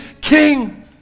King